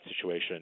situation